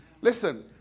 Listen